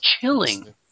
chilling